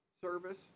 service